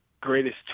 greatest